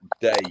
day